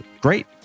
great